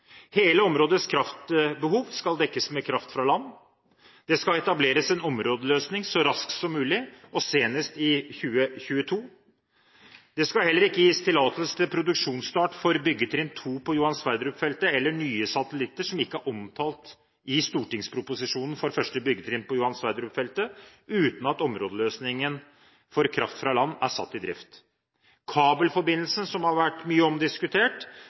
Hele områdets kraftbehov skal dekkes av kraft fra land. Det skal etableres en områdeløsning så raskt som mulig, og senest i 2022. Det skal heller ikke gis tillatelse til produksjonsstart for byggetrinn 2 på Johan Sverdrup-feltet eller nye satellitter som ikke er omtalt i stortingsproposisjonen for første byggetrinn på Johan Sverdrup-feltet, uten at områdeløsningen for kraft fra land er satt i drift. Kabelforbindelsen, som har vært mye omdiskutert,